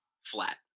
flat